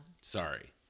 Sorry